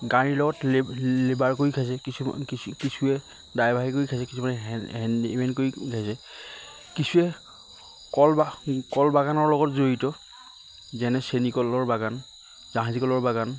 গাড়ীৰ লগত লেব লেবাৰ কৰি খাইছে কিছুমান কিছু কিছুৱে ড্ৰাইভাৰী কৰি খাইছে কিছুমানে হেণ্ডিমেন কৰি কিছুৱে কল বাগানৰ লগত জড়িত যেনে চেনীকলৰ বাগান জাহাজী কলৰ বাগান